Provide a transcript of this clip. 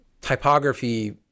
typography